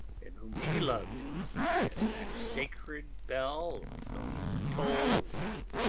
and whom she loved and that sacred bell going toll!